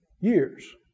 Years